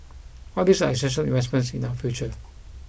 all these are essential investments in our future